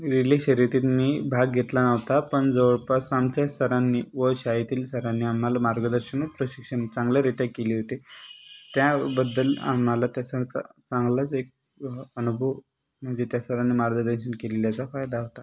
relay शर्यतीत मी भाग घेतला नव्हता पण जवळपास आमच्या सरांनी व शाळेतील सरांनी आम्हाला मार्गदर्शन व प्रशिक्षण चांगल्यारित्या केले होते त्याबद्दल आम्हाला त्या शाळेचा चांगलाच एक प अनुभव म्हणजे त्या सरांनी मार्गदर्शन केलेल्याचा फायदा होता